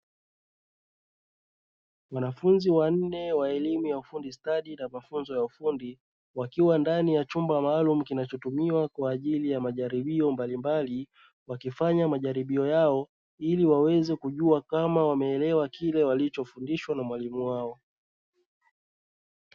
Wanafunzi wanne wa elimu ya ufundi stadi na mafunzo ya ufundi, wakiwa ndani ya chumba maalumu kinachotumiwa kwa ajili ya majaribio mbalimbali wakifanya majaribio yao ili waweze kujua kama wameelewa kile walichofundishwa na mwalimu wao.